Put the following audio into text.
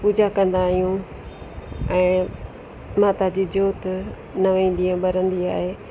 पूॼा कंदा आहियूं ऐं माता जी जोति नव ॾींहं ॿरंदी आहे